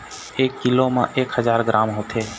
एक कीलो म एक हजार ग्राम होथे